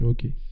Okay